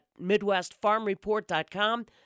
MidwestFarmreport.com